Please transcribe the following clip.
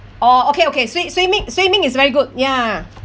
oh okay okay swim~ swimming swimming is very good ya